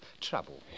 trouble